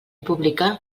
pública